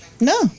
No